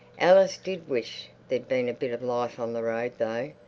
alice did wish there'd been a bit of life on the road though.